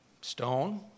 Stone